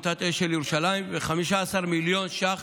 ו-15 מיליון ש"ח